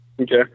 Okay